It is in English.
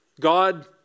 God